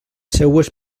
seues